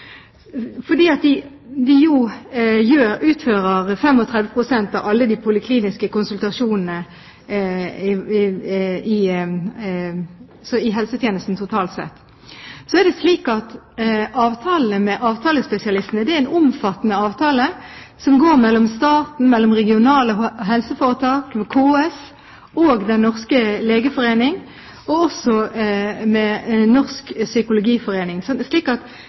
fordi de jo utfører 35 pst. av alle de polikliniske konsultasjonene i helsetjenesten totalt sett. Så er det slik at avtalene med avtalespesialistene er omfattende, og er mellom staten, regionale helseforetak og KS, og Den norske legeforening og også Norsk Psykologforening. Så det er omfattende avtaler. Det er altså ikke slik at